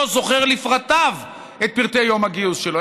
זוכר לפרטיו את פרטי יום הגיוס שלו,